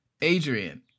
Adrian